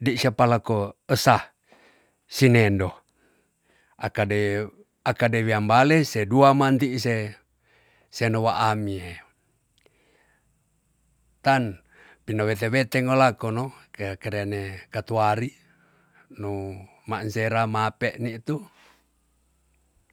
dei syapa lako esa si nendo aka de- aka de wiambale se duaman ti'i se nowaa mie. tan pinawete weteng no lako no ke kerene katuari no maan sera mape nitu